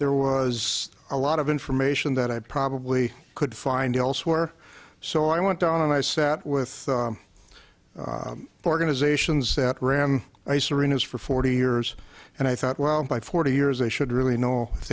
there was a lot of information that i probably could find elsewhere so i went on and i sat with organizations that ram ice arenas for forty years and i thought well by forty years they should really know if